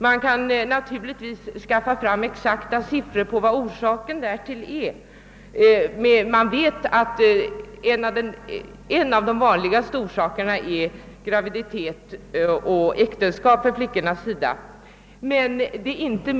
Man kan naturligtvis skaffa fram exakta siffror på orsakerna därtill, men man vet att en av de vanligaste är graviditet och äktenskap för flickor.